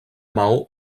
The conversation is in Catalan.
maó